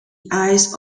eyes